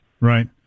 Right